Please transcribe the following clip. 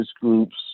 group's